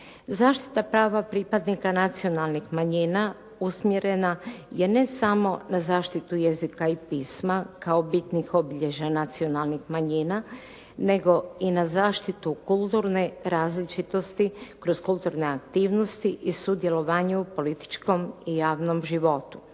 Zaštita prava pripadnika nacionalnih manjina usmjerena je ne samo na zaštitu jezika i pisma kao bitnih obilježja nacionalnih manjina nego i na zaštitu kulturne različitosti kroz kulturne aktivnosti i sudjelovanje u političkom i javnom životu.